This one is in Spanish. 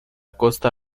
costa